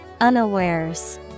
Unawares